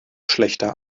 schlechter